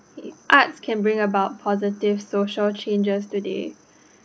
if arts can bring about positive social changes today